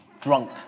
drunk